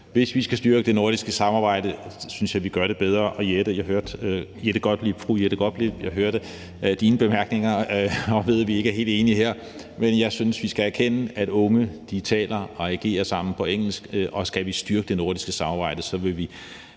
Hvis vi skal styrke det nordiske samarbejde, synes jeg vi kan gøre det bedre. Jeg vil sige til fru Jette Gottlieb, at jeg godt kan høre, vi ikke er helt enige her, men jeg synes, vi skal erkende, at unge taler og agerer sammen på engelsk, og skal vi styrke det nordiske samarbejde, kan vi